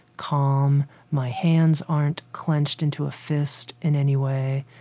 calm, my hands aren't clenched into a fist in any way,